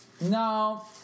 No